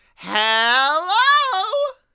Hello